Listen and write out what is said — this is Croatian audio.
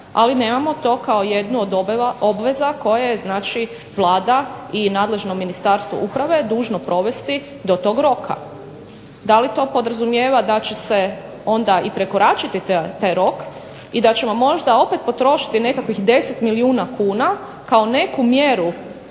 ali nemamo to kao jednu od obveza koje je znači Vlada i nadležno Ministarstvo uprave dužno provesti do tog roka? Da li to podrazumijeva da će se onda i prekoračiti taj rok, i da ćemo možda opet potrošiti nekakvih 10 milijuna kuna kao neku mjeru